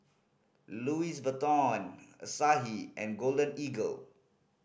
Louis Vuitton Asahi and Golden Eagle